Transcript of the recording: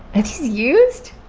and these used?